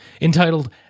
entitled